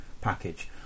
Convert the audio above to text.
package